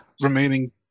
remaining